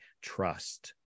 trust